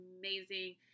amazing